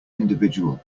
individual